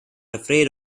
afraid